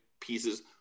pieces